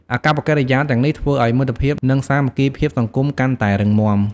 អាកប្បកិរិយាទាំងនេះធ្វើឲ្យមិត្តភាព និងសាមគ្គីភាពសង្គមកាន់តែរឹងមាំ។